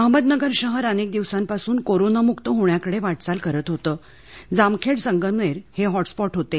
अहमदनगर शहर अनेक दिवसांपासून कोरोनामुक्त होण्याकडे वाटचाल करत होतं जामखेड संगमनेर हे हॉटस्पॉट होते